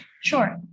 Sure